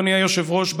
אדוני היושב-ראש,